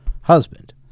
husband